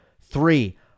three